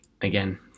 again